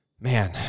Man